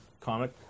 comic